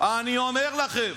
אני אומר לכם,